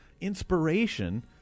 inspiration